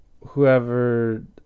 whoever